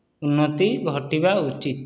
ଉନ୍ନତି ଘଟିବା ଉଚିତ୍